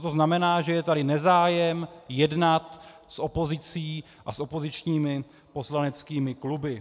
To znamená, že je tady nezájem jednat s opozicí a s opozičními poslaneckými kluby.